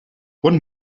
one